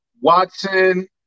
Watson